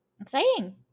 exciting